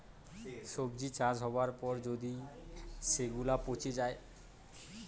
সবজি চাষ হবার পর যদি সেগুলা পচে যায়